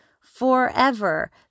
forever